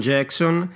Jackson